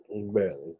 Barely